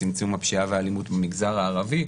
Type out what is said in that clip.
צמצום הפשיעה והאלימות במגזר הערבי,